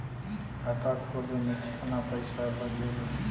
खाता खोले में कितना पैसा लगेला?